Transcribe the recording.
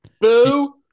boo